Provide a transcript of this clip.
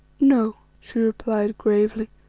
no, she replied gravely,